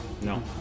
No